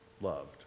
loved